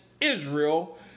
Israel